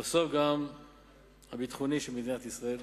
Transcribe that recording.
ובסוף גם הביטחוני, של מדינת ישראל.